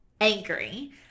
angry